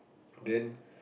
then